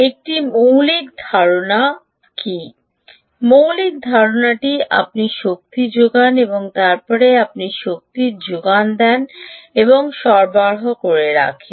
একটি মৌলিক ধারণা মৌলিক ধারণাটি আপনি শক্তি যোগান এবং তারপরে আপনি শক্তি যোগান দেন এবং সরবরাহ করে রাখেন